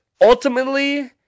ultimately